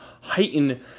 heighten